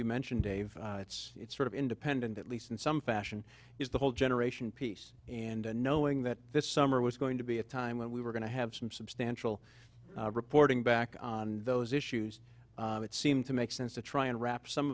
you mentioned dave it's sort of independent at least in some fashion is the whole generation piece and knowing that this summer was going to be a time when we were going to have some substantial reporting back on those issues that seem to make sense to try and wrap some